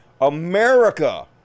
America